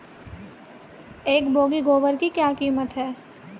एक बोगी गोबर की क्या कीमत है?